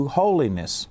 holiness